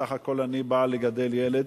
סך הכול אני באה לגדל ילד.